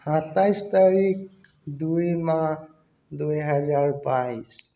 সাতাইছ তাৰিখ দুই মাহ দুই হেজাৰ বাইছ